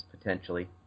potentially